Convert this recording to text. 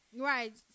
right